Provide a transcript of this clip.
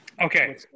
Okay